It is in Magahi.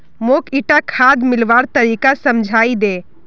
मौक ईटा खाद मिलव्वार तरीका समझाइ दे